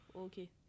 Okay